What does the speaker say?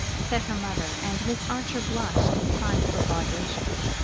said her mother and miss archer blushed and tried to look audacious.